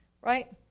Right